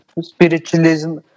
spiritualism